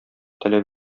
таләп